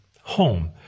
home